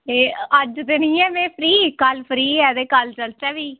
एह् अज्ज ते निं ऐ में फ्री कल्ल फ्री ऐ ते कल्ल चलचै भी